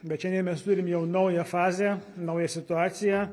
bet šiandien mes turim jau naują fazę naują situaciją